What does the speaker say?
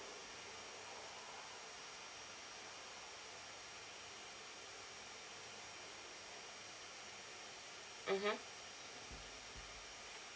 mmhmm